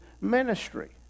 ministry